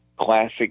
classic